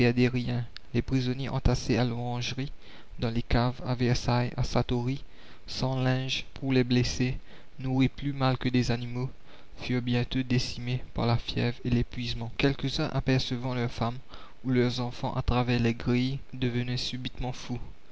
les prisonniers entassés à l'orangerie dans les caves à versailles à satory sans linge pour les blessés nourris plus mal que des animaux furent bientôt décimés par la fièvre et l'épuisement quelques-uns apercevant leurs femmes ou leurs enfants à travers les grilles devenaient subitement fous